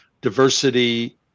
diversity